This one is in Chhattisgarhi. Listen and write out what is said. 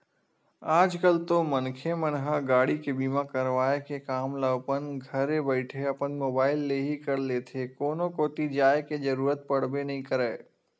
आज कल तो मनखे मन ह गाड़ी के बीमा करवाय के काम ल अपन घरे बइठे अपन मुबाइल ले ही कर लेथे कोनो कोती जाय के जरुरत पड़बे नइ करय